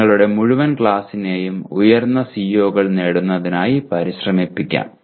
നിങ്ങളുടെ മുഴുവൻ ക്ലാസ്സിനെയും ഉയർന്ന CO കൾ നേടുന്നതിനായി പരിശ്രമിപ്പിക്കാം